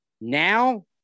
Now